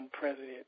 president